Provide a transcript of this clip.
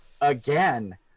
again